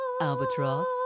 Albatross